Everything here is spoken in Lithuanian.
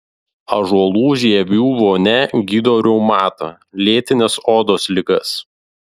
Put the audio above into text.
ąžuolų žievių vonia gydo reumatą lėtines odos ligas